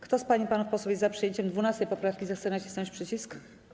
Kto z pań i panów posłów jest za przyjęciem 12. poprawki, zechce nacisnąć przycisk.